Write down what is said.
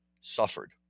suffered